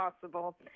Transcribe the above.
possible